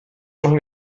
machen